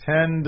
Ten